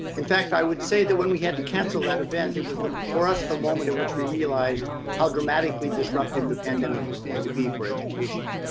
in fact, i would say that when we had to cancel that event, it was for us the moment at which we realized how dramatically disruptive the pandemic was going to be for education.